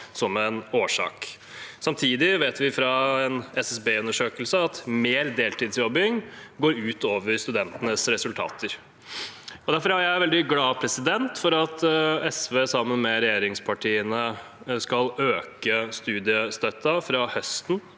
som en årsak. Samtidig vet vi fra en SSBs undersøkelse at mer deltidsjobbing går ut over studentenes resultater. Derfor er jeg veldig glad for at SV sammen med regjeringspartiene skal øke studiestøtten fra høsten